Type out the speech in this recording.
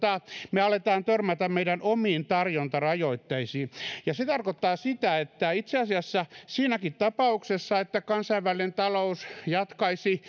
me alamme törmätä meidän omiin tarjontarajoitteisiin ja se tarkoittaa sitä että itse asiassa siinäkin tapauksessa että kansainvälinen talous jatkaisi